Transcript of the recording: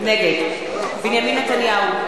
נגד בנימין נתניהו,